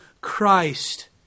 Christ